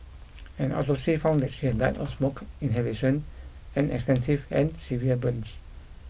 an autopsy found that she had died of smoke inhalation and extensive and severe burns